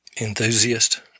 enthusiast